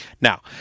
Now